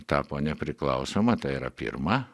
tapo nepriklausoma tai yra pirma